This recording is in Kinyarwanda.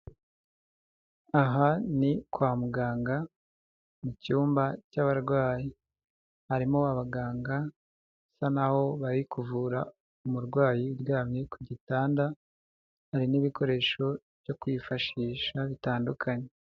Aha ni kwa muganga mu cyumba cy'abarwayi. Harimo abaganga basa naho bari kuvura umurwayi uryamye ku gitanda. Hari n'ibikoresho byo kwifashisha bitandukanye.